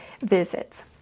visits